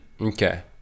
Okay